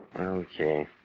Okay